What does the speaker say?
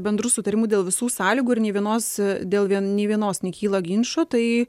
bendru sutarimu dėl visų sąlygų ir nė vienos dėl vien nė vienos nekyla ginčų tai